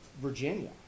Virginia